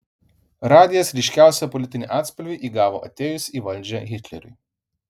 radijas ryškiausią politinį atspalvį įgavo atėjus į valdžią hitleriui